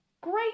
Great